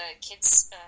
kids